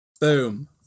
Boom